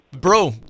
Bro